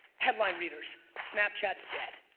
headline readers, snapchat's dead.